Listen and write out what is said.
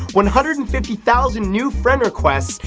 one hundred and fifty thousand new friend requests,